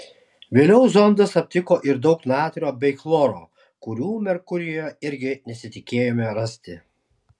vėliau zondas aptiko ir daug natrio bei chloro kurių merkurijuje irgi nesitikėjome rasti